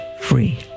Free